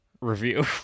review